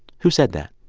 who said that?